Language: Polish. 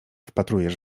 wpatrujesz